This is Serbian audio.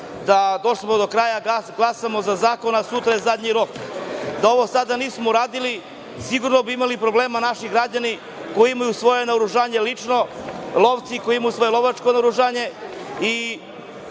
smo došli do kraja, glasamo za zakon, a sutra je zadnji rok. Da ovo sada nismo uradili, sigurno bi imali problema naši građani koji imaju svoje naoružanje lično, lovci koji imaju svoje lovačko naoružanje